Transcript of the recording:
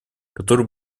который